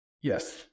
Yes